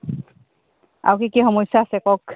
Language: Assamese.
আৰু কি কি সমস্যা আছে কওক